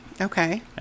Okay